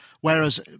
Whereas